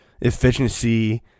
efficiency